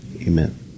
Amen